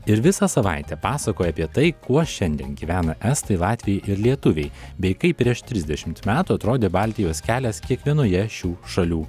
ir visą savaitę pasakoja apie tai kuo šiandien gyvena estai latviai ir lietuviai bei kaip prieš trisdešimt metų atrodė baltijos kelias kiekvienoje šių šalių